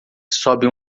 sobe